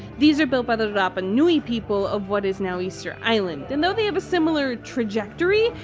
these were built by the rapa nui people of what is now easter island. and though they have a similar trajectory,